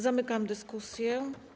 Zamykam dyskusję.